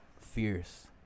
fierce